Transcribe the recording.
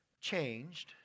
changed